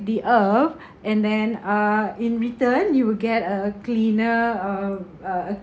the earth and then uh in return you will get a cleaner uh uh